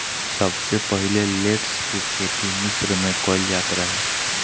सबसे पहिले लेट्स के खेती मिश्र में कईल जात रहे